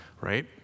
right